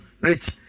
rich